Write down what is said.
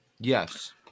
Yes